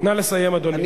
נא לסיים, אדוני.